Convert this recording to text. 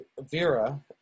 Vera